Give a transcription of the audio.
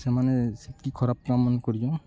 ସେମାନେ ସେତ୍କି ଖରାପ୍ କାମ୍ମାନେ କରିଚନ୍